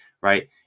Right